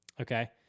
okay